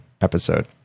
episode